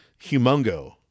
humongo